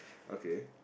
okay